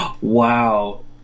wow